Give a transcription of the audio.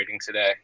today